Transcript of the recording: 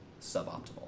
suboptimal